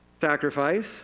sacrifice